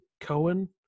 Cohen